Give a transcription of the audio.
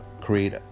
create